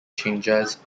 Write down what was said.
changes